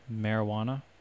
Marijuana